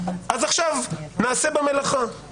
אז עכשיו נעשה במלאכה.